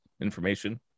information